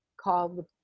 called